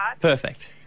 Perfect